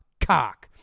cock